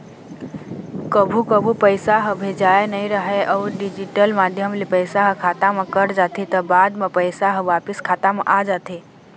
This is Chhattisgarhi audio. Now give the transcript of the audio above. कभू कभू पइसा ह भेजाए नइ राहय अउ डिजिटल माध्यम ले पइसा ह खाता म कट जाथे त बाद म पइसा ह वापिस खाता म आ जाथे